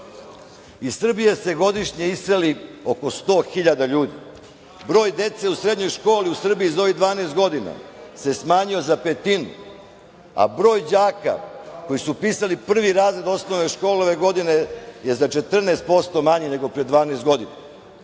Srbije se godišnje iseli oko 100.000 ljudi. Broj dece u srednjoj školi u Srbiji za ovih 12 godina se smanjio za petinu, a broj đaka koji su upisali prvi razred osnovne škole ove godine je za 14% manji nego pre 12 godina.